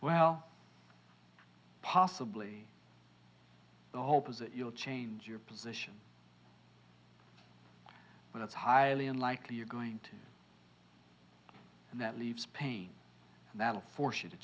well possibly the hope is that you'll change your position but it's highly unlikely you're going to and that leaves pain that will force you to